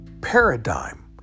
paradigm